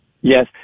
Yes